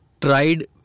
tried